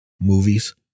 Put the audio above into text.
movies